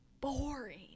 boring